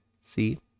See